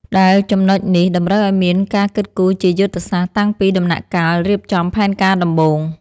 ដែលចំណុចនេះតម្រូវឱ្យមានការគិតគូរជាយុទ្ធសាស្ត្រតាំងពីដំណាក់កាលរៀបចំផែនការដំបូង។